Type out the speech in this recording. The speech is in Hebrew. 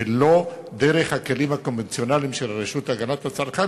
ולא דרך הכלים הקונבנציונליים של הרשות להגנת הצרכן,